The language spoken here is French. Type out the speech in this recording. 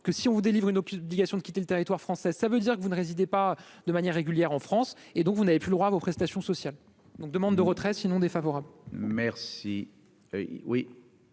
que si on vous délivre une aucune obligation de quitter le territoire français, ça veut dire que vous ne résidait pas de manière régulière en France et donc vous n'avez plus le droit, vos prestations sociales donc demande de retrait sinon défavorable. Merci